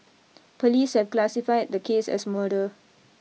police have classified the case as murder